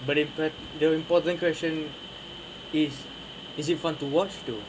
but the but the important question is is it fun to watch too